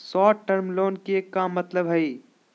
Short term loan के का मतलब हई?